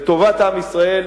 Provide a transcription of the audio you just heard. לטובת עם ישראל,